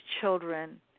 children